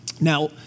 Now